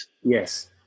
Yes